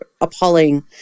appalling